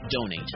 Donate